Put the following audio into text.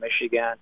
Michigan